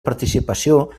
participació